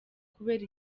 kubera